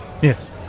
Yes